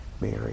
Mary